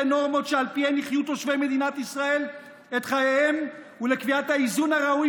לנורמות שעל פיהן יחיו תושבי מדינת ישראל את חייהם ולקביעת האיזון הראוי